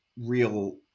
real